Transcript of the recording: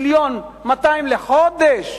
1.2 מיליון לחודש,